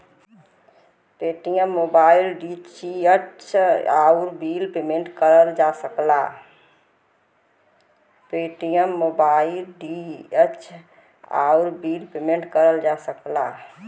Paytm mobile, DTH, आउर bill payment करल जा सकला